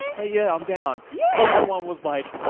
hey yeah, i'm down. yeah everyone was like,